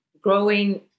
growing